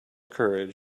courage